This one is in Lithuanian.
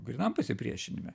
grynam pasipriešinime